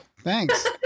thanks